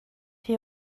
rhy